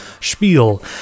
spiel